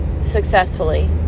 successfully